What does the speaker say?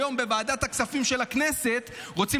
היום בוועדת הכספים של הכנסת רוצים